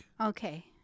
Okay